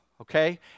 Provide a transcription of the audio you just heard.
okay